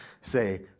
say